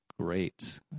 Great